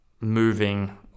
moving